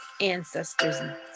ancestors